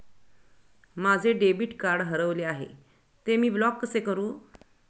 माझे debit card हरविले आहे, ते मी ब्लॉक कसे करु?